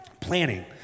planning